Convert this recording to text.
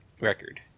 record